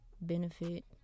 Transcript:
benefit